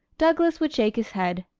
douglas would shake his head.